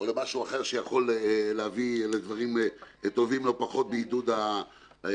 או למשהו אחר שיכול להביא לדברים טובים לא פחות בעידוד התחבורה.